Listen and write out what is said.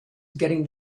getting